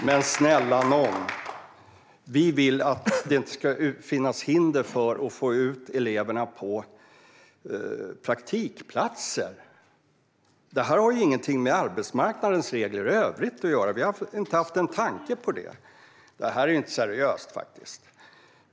Herr talman! Men snälla nån! Vi vill att det inte ska finnas hinder för att få ut eleverna på praktikplatser. Detta har inget med arbetsmarknadens regler i övrigt att göra. Vi har inte haft en tanke på det. Det här är inte seriöst.